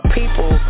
people